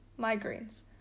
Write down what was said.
migraines